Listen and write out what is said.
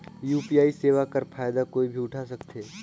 UPI सेवा कर फायदा कोई भी उठा सकथे?